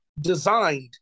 designed